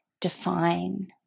define